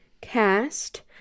cast